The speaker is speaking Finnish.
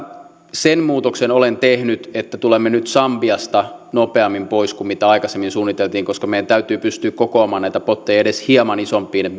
sen muutoksen olen tehnyt että tulemme nyt sambiasta nopeammin pois kuin aikaisemmin suunniteltiin koska meidän täytyy pystyä kokoamaan näitä potteja edes hieman isompiin